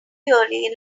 early